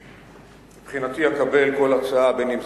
מה ההצעה של המשנה?